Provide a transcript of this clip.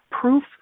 proof